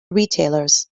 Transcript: retailers